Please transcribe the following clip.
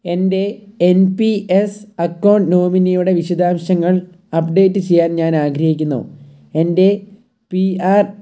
എൻ്റെ N P S account നോമിനിയുടെ വിശദാംശങ്ങൾ അപ്ഡേറ്റ് ചെയ്യാൻ ഞാൻ ആഗ്രഹിക്കുന്നു എൻ്റെ പി ആർ